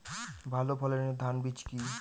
ভালো ফলনের ধান বীজ কি?